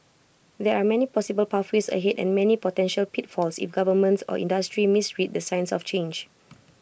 there are many possible pathways ahead and many potential pitfalls if governments or industry misread the signs of change